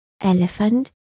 Elephant